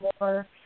more